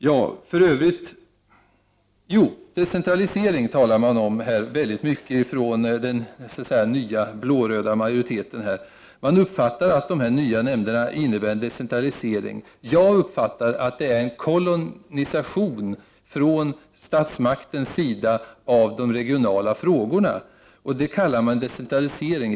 Ifrån den nya blåröda majoriteten talar man mycket om decentralisering. Man uppfattar det som om de nya nämnderna innebär en decentralisering. Jag uppfattar det som en kolonisation från statsmakterns sida av de regionala frågorna. Det kallar man alltså decentralisering.